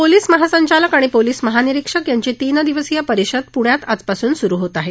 police महासंचालक आणि police महानिरिक्षक यांची तीन दिवसीय परिषद आजपासून सुरु होत आहे